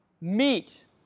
meet